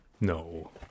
No